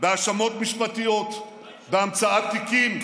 בהאשמות משפטיות, בהמצאת תיקים,